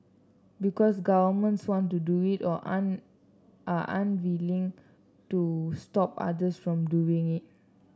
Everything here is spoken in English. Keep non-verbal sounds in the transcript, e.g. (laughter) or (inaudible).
because governments want to do it or (unintelligible) are unwilling to stop others from doing it